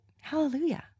Hallelujah